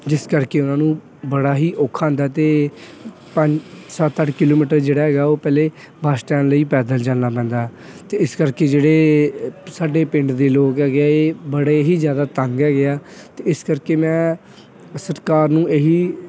ਜਿਸ ਕਰਕੇ ਉਹਨਾਂ ਨੂੰ ਬੜਾ ਹੀ ਔਖਾ ਹੁੰਦਾ ਅਤੇ ਪੰਜ ਸੱਤ ਅੱਠ ਕਿਲੋਮੀਟਰ ਜਿਹੜਾ ਹੈਗਾ ਉਹ ਪਹਿਲੇ ਬੱਸ ਸਟੈਂਡ ਲਈ ਪੈਦਲ ਜਾਣਾ ਪੈਂਦਾ ਅਤੇ ਇਸ ਕਰਕੇ ਜਿਹੜੇ ਸਾਡੇ ਪਿੰਡ ਦੇ ਲੋਕ ਹੈਗੇ ਹੈ ਇਹ ਬੜੇ ਹੀ ਜ਼ਿਆਦਾ ਤੰਗ ਹੈਗੇ ਆ ਅਤੇ ਇਸ ਕਰਕੇ ਮੈਂ ਸਰਕਾਰ ਨੂੰ ਇਹੀ